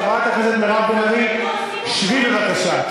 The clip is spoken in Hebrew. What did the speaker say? חברת הכנסת מירב בן ארי, שבי בבקשה.